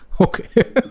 Okay